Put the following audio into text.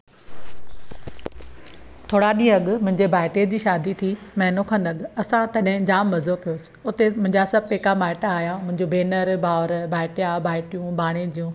थोरा ॾींहं अॻु मुंहिंजे भाइटे जी शादी थी महिनो खनु अॻु असां तॾहिं जाम मज़ो कयोसीं उते मुंहिंजा सभु पेका माइटु आहिया भेनरु भावरु भाइटियां भाइटियूं भाणेजियूं